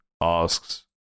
asks